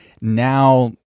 Now